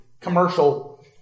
commercial